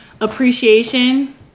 appreciation